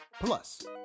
Plus